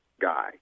guy